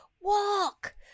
walk